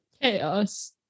Chaos